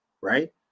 Right